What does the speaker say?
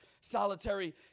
solitary